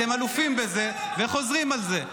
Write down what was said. אתם אלופים בזה וחוזרים על זה.